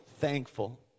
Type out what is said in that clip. thankful